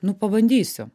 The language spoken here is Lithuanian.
nu pabandysiu